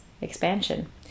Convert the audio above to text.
expansion